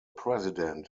president